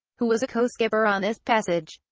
who was a co-skipper on this passage,